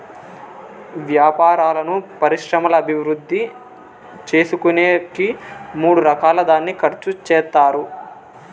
వ్యాపారాలను పరిశ్రమల అభివృద్ధి చేసుకునేకి మూడు రకాలుగా దాన్ని ఖర్చు చేత్తారు